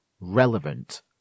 relevant